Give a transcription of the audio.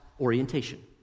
orientation